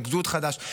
לגדוד חדש.